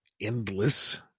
endless